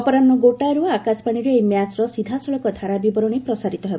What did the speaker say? ଅପରାହୁ ଗୋଟାଏରୁ ଆକାଶବାଣୀରେ ଏହି ମ୍ୟାଚ୍ର ସିଧାସଳଖ ଧାରାବିବରଣୀ ପ୍ରସାରିତ ହେବ